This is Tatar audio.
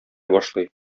башлый